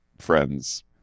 friend's